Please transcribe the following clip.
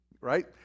Right